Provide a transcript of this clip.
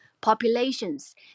populations